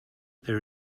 there